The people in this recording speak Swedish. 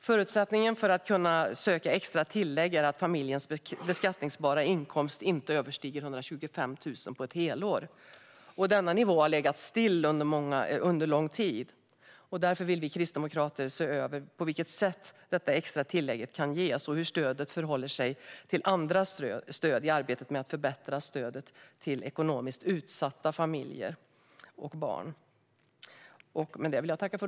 Förutsättningen för att kunna söka extra tillägg är att familjens beskattningsbara inkomst inte överstiger 125 000 på ett helår. Denna nivå har legat still under lång tid. Därför vill vi kristdemokrater se över på vilket sätt det extra tillägget kan ges och hur stödet förhåller sig till andra stöd i arbetet med att förbättra stödet till ekonomiskt utsatta barn och familjer.